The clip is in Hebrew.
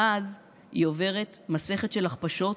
מאז היא עוברת מסכת של הכפשות,